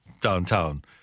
downtown